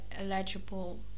eligible